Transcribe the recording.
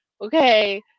Okay